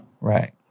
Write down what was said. Right